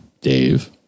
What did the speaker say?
Dave